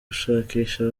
gushakisha